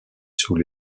sous